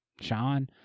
Sean